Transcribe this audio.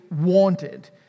wanted